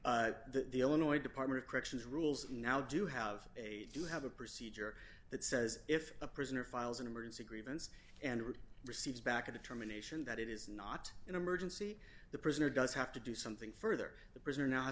and the illinois department of corrections rules now do have a do have a procedure that says if a prisoner files an emergency grievance and receives back a determination that it is not an emergency the prisoner does have to do something further the prisoner now